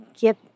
get